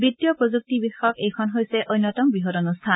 বিত্তীয় প্ৰযুক্তি বিষয়ক এইখন হৈছে অন্যতম বৃহৎ অনুষ্ঠান